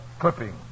clipping